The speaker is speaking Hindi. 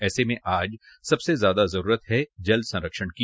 ऐसे में आज सबसे ज्यादा जरूरत है जल संरक्षण की